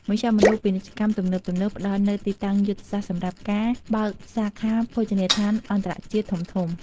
មជ្ឈមណ្ឌលពាណិជ្ជកម្មទំនើបៗផ្តល់នូវទីតាំងយុទ្ធសាស្ត្រសម្រាប់ការបើកសាខាភោជនីយដ្ឋានអន្តរជាតិធំៗ។